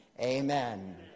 Amen